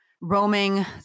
roaming